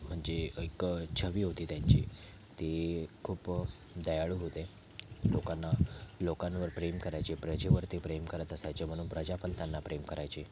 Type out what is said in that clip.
म्हणजे एक छवी होती त्यांची ते खूप दयाळू होते लोकांना लोकांवर प्रेम करायचे प्रजेवरती प्रेम करत असायचे म्हणून प्रजा पण त्यांना प्रेम करायची